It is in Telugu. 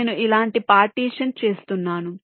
నేను ఇలాంటి పార్టీషన్ చేస్తున్నాను